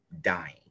dying